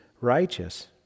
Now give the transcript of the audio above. righteous